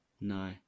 No